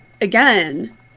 again